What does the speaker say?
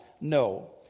No